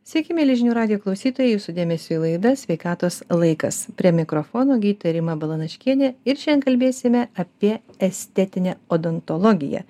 sveiki mieli žinių radijo klausytojai jūsų dėmesiui laida sveikatos laikas prie mikrofono gydytoja rima balanaškienė ir šiandien kalbėsime apie estetinę odontologiją